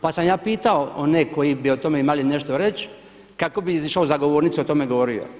Pa sam ja pitao one koji bi o tome imali nešto reći kako bi izišao za govornicu i o tome govorio.